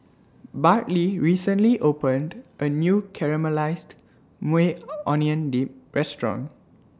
Bartley recently opened A New Caramelized Maui Onion Dip Restaurant